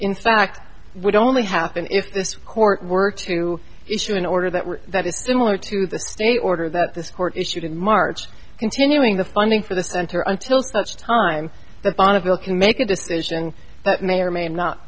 in fact would only happen if this court were to issue an order that that is similar to the state order that this court issued in march continuing the funding for the center until such time the bonneville can make a decision that may or may not